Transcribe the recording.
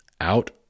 out